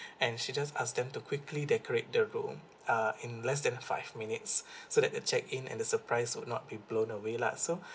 and she just ask them to quickly decorate the room err in less than five minutes so that the check in and the surprise would not be blown away lah so